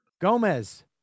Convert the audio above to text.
Gomez